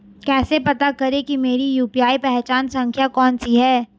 कैसे पता करें कि मेरी यू.पी.आई पहचान संख्या कौनसी है?